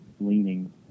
leaning